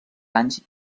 anys